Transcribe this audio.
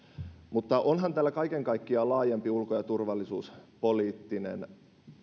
mutta onhan tällä kaiken kaikkiaan laajempi ulko ja turvallisuuspoliittinen